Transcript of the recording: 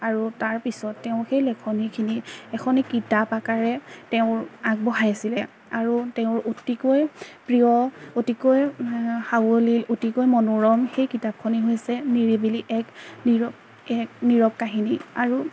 আৰু তাৰপিছত তেওঁ সেই লেখনিখিনি এখনি কিতাপ আকাৰে তেওঁৰ আগবঢ়াইছিলে আৰু তেওঁৰ অতিকৈ প্ৰিয় অতিকৈ সাৱলীল অতিকৈ মনোৰম সেই কিতাপখনেই হৈছে নিৰিবিলি এক নিৰৱ এক নিৰৱ কাহিনী আৰু